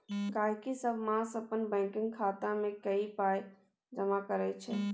गहिंकी सब मास अपन बैंकक खाता मे किछ पाइ जमा करै छै